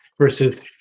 versus